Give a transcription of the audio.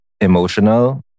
emotional